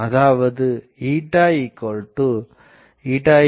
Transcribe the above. அதாவது sa